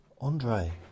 Andre